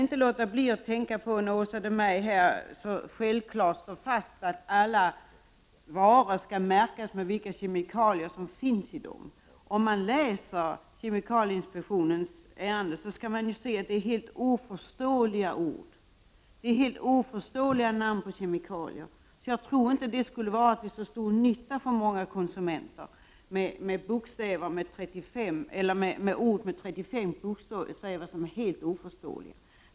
När Åsa Domeij så självklart slår fast att alla produkter skall märkas med vilka kemikalier de innehåller, kan jag inte låta bli att påpeka att det i kemikalieinspektionens ärenden förekommer en del helt oförståeliga namn på kemikalier. Jag tror att många konsumenter inte skulle ha någon större nytta av att produkterna är märkta med ord på upp till 35 bokstäver.